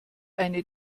eine